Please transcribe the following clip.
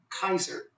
kaiser